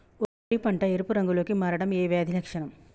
వరి పంట ఎరుపు రంగు లో కి మారడం ఏ వ్యాధి లక్షణం?